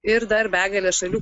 ir dar begalę šalių